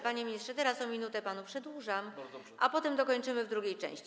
Panie ministrze, teraz o minutę panu przedłużam czas, a potem dokończymy w drugiej części.